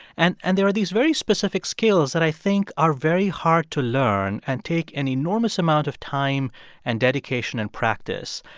and and there are these very specific skills that i think are very hard to learn and take an enormous amount of time and dedication and practice.